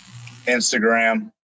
Instagram